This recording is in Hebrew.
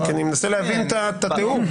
אני מנסה להבין את הטיעון.